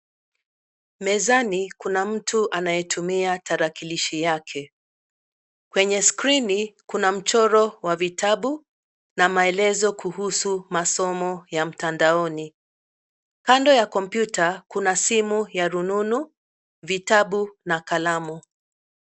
Mezani kuna mtu anayetumia tarakilishi yake. Kwenye skrini kuna mchoro wa vitabu na maelezo kuhusu masomo ya mtandaoni. Kando ya kompyuta kuna simu ya rununu, vitabu na kalamu.